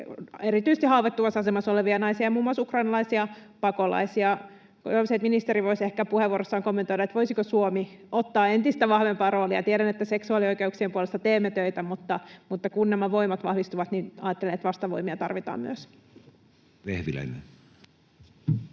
erityisesti haavoittuvassa asemassa olevia naisia ja muun muassa ukrainalaisia pakolaisia. Jos ministeri voisi ehkä puheenvuorossaan kommentoida, voisiko Suomi ottaa entistä vahvempaa roolia. Tiedän, että seksuaalioikeuksien puolesta teemme töitä, mutta kun nämä voimat vahvistuvat, niin ajattelen, että myös vastavoimia tarvitaan. [Speech